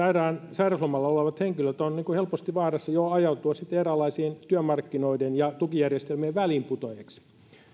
sairauslomalla olevat henkilöt ovat helposti jo vaarassa ajautua eräänlaisiksi työmarkkinoiden ja tukijärjestelmien väliinputoajiksi